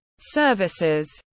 Services